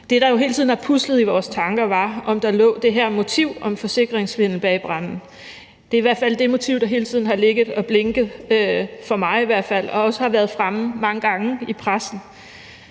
Det, der jo hele tiden har puslet i vores tanker, er, om der lå det her motiv om forsikringssvindel bag branden. Det er i hvert fald det motiv, der hele tiden har ligget og blinket for mig, og det har også været fremme mange gange i pressen.